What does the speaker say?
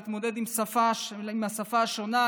להתמודד עם השפה השונה,